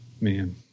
Man